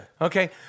Okay